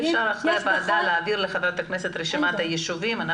אם אפשר אחרי הוועדה להעביר לחברת הכנסת את רשימת הישובים,